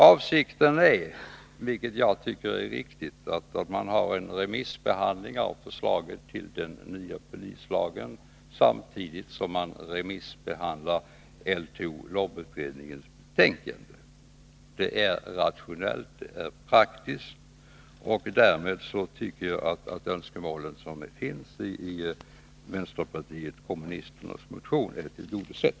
Avsikten är — vilket jag tycker är riktigt — att man skall ha en remissbehandling av förslaget till den nya polislagen samtidigt som man remissbehandlar LTO/LOB-utredningens betänkande. Det är rationellt och praktiskt. Därmed tycker jag att det önskemål som har framförts i vänsterpartiet kommunisternas motion är tillgodosett.